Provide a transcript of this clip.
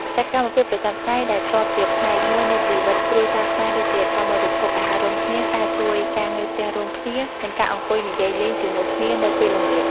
សកម្មភាពប្រចាំថ្ងៃដែលធ្លាប់ជាផ្នែកមួយនៃជីវិតគ្រួសារខ្មែរដូចជា ការបរិភោគអាហាររួមគ្នា ការជួយការងារផ្ទះរួមគ្នា និងការអង្គុយនិយាយលេងជាមួយគ្នានៅពេលល្ងាច។